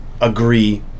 agree